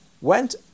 went